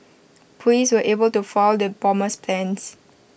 Police were able to foil the bomber's plans